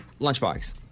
Lunchbox